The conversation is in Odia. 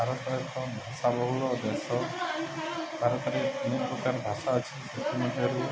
ଭାରତର ଏକ ଭାଷା ବହୁଳ ଦେଶ ଭାରତରେ ବିଭିନ୍ନ ପ୍ରକାର ଭାଷା ଅଛି ସେଥିମଧ୍ୟରୁ